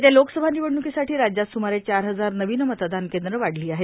येत्या लोकसभा ानवडणुकांसाठां राज्यात सुमारे चार हजार नवीन मतदान कद्वे वाढलां आहेत